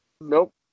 Nope